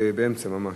באמצע, ממש.